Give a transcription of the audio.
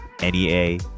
NEA